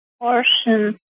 portion